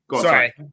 sorry